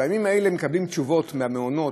בימים האלה מקבלים תשובות מהמעונות,